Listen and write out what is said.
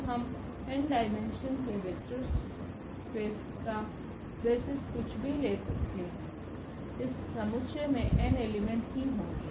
तो हम n dimension के वेक्टर स्पेस का बेसिस कुछ भी ले इस समुच्चय में n एलिमेंट ही होगे